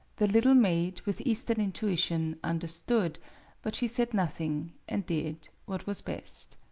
the little maid, with eastern intuition, understood but she said nothing, and did what was best.